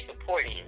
supporting